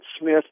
Smith